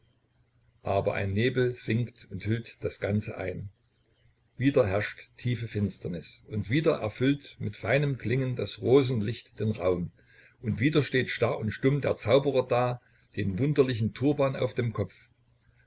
aber ein nebel sinkt und hüllt das ganze ein wieder herrscht tiefe finsternis und wieder erfüllt mit feinem klingen das rosenlicht den raum und wieder steht starr und stumm der zauberer da den wunderlichen turban auf dem kopf